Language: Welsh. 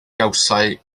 gawsai